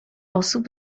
osób